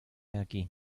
aquí